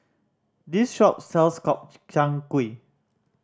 this shop sells Gobchang Gui